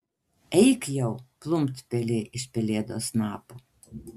eik jau plumpt pelė iš pelėdos snapo